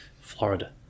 Florida